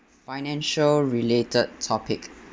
financial-related topic